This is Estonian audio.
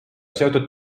seotud